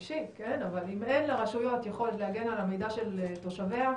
אבל אם אין לרשויות יכולות להגן על המידע של תושביה,